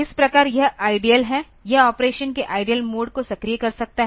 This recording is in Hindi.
इस प्रकार यह आईडील है यह ऑपरेशन के आईडील मोड को सक्रिय कर सकता है